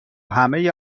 همه